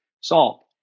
SALT